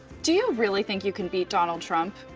do you really think you can beat donald trump?